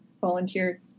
volunteer